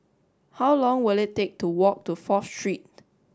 how long will it take to walk to Fourth Street